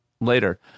later